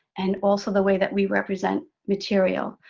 and also the way that we represent material.